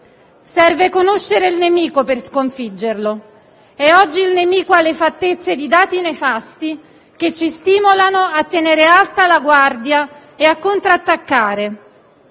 Serve conoscere il nemico per sconfiggerlo e oggi il nemico ha le fattezze di dati nefasti che ci stimolano a tenere alta la guardia e a contrattaccare.